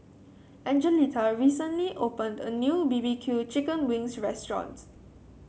Angelita recently opened a new B B Q Chicken Wings restaurant